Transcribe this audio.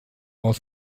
aus